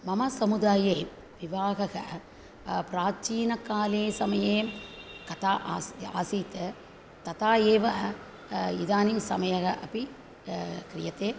मम समुदाये विवाहः प्राचीनकाले समये कथा आ आसीत् तथा एव इदानीं समयः अपि क्रियते